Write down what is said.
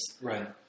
Right